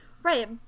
Right